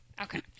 Okay